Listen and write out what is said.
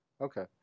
Okay